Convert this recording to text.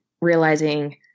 realizing